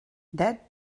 that